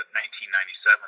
1997